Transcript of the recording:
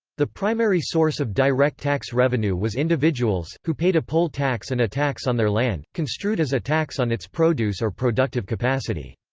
the primary source of direct tax revenue was individuals, who paid a poll tax and a tax on their land, construed as a tax on its produce or productive capacity.